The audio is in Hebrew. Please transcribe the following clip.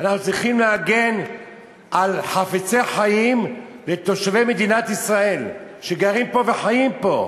אנחנו צריכים להגן על חפצי חיים תושבי מדינת ישראל שגרים פה וחיים פה.